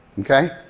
okay